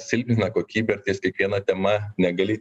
silpnina kokybę ir ties kiekviena tema negali